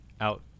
out